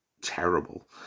terrible